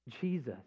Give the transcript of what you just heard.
Jesus